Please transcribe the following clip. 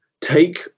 take